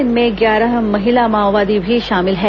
इनमें ग्यारह महिला माओवादी भी शामिल हैं